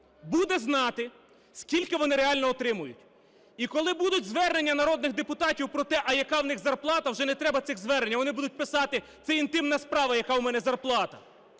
буде знати, скільки вони реально отримують. І коли будуть звернення народних депутатів про те, а яка в них зарплата, вже не треба цих звернень, вони не будуть писати: це інтимна справа, яка у мене зарплата,